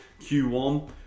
Q1